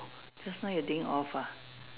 just now you didn't off ah